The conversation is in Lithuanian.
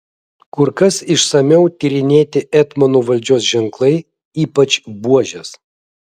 kur kas išsamiau tyrinėti etmonų valdžios ženklai ypač buožės